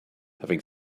having